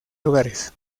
hogares